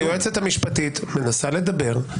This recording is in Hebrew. היועצת המשפטית מנסה לדבר,